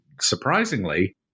surprisingly